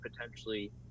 potentially